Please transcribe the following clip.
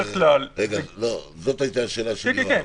זאת הייתה השאלה של יואב.